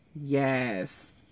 Yes